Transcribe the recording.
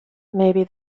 maybe